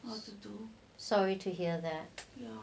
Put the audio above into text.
sorry to hear that